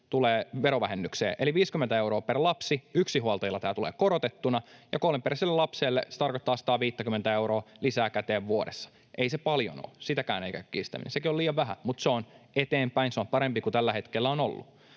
tulee verovähennykseen, eli 50 euroa per lapsi. Yksinhuoltajilla tämä tulee korotettuna, ja kolmelapsiselle perheelle se tarkoittaa 150 euroa lisää käteen vuodessa. Ei se paljon ole. Sitäkään ei käy kiistäminen. Sekin on liian vähän, mutta se on eteenpäin. Se on parempi kuin tällä hetkellä on ollut,